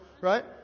right